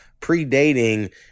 predating